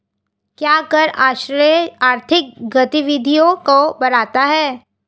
क्या कर आश्रय आर्थिक गतिविधियों को बढ़ाता है?